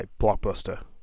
Blockbuster